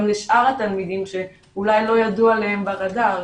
אלא גם על שאר התלמידים שאולי לא הגיע אליהם הרדאר,